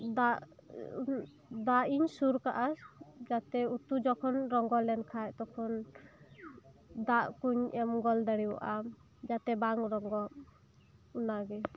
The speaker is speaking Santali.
ᱫᱟᱜ ᱫᱟᱜ ᱤᱧ ᱥᱩᱨ ᱠᱟᱜᱼᱟ ᱡᱟᱛᱮ ᱩᱛᱩ ᱡᱚᱠᱷᱚᱱ ᱨᱚᱸᱜᱚ ᱞᱮᱱ ᱠᱷᱟᱱ ᱛᱚᱠᱷᱚᱱ ᱫᱟᱜ ᱠᱚᱧ ᱮᱢ ᱜᱚᱫ ᱫᱟᱲᱮᱭᱟᱜᱼᱟ ᱡᱟᱛᱮ ᱵᱟᱝ ᱨᱚᱸᱜᱚᱜ ᱚᱱᱟᱜᱮ